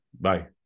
bye